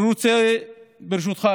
ברשותך,